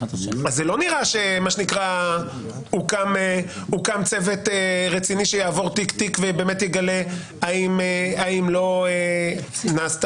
זה לא נראה שהוקם צוות רציני שיעבור תיק-תיק ויגלה האם לא נעשה